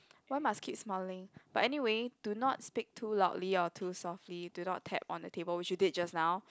why must keep smiling but anyway do not speak too loudly or too softly do not tap on the table which you did just now